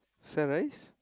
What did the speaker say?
sell rice